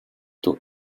too